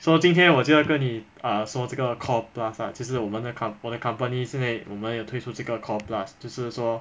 so 今天我就要跟你 ah 说这个 coreplus ah 就是我们的 compo~ 我的 company 现在我们要推出这个 coreplus 就是说